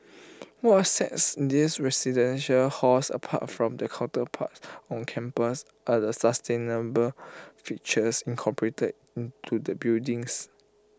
what A sets these residential halls apart from their counterparts on campus are the sustainable features incorporated into the buildings